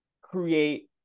create